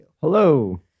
hello